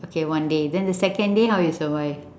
okay one day then the second day how you survive